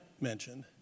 mentioned